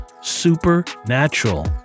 supernatural